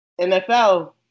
NFL